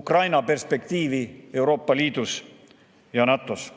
Ukraina perspektiivi Euroopa Liidus ja NATO-s.